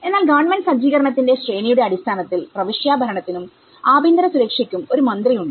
എന്നാൽ ഗവൺമെന്റ് സജ്ജീകരണത്തിന്റെ ശ്രേണിയുടെ അടിസ്ഥാനത്തിൽപ്രവിശ്യാ ഭരണത്തിനും ആഭ്യന്തര സുരക്ഷയ്ക്കും ഒരു മന്ത്രി ഉണ്ട്